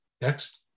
Next